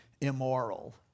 immoral